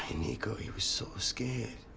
and nico, he was so scared.